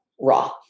Raw